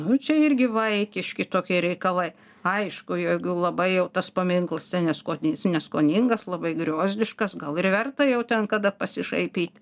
nu čia irgi vaikiški tokie reikalai aišku jeigu labai jau tas paminklas neskoni jisai neskoningas labai griozdiškas gal ir verta jau ten kada pasišaipyt